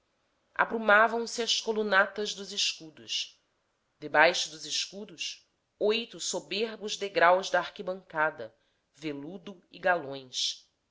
júbilo aprumavam se as colunatas dos escudos debaixo dos escudos oito soberbos degraus da arquibancada veludo e galões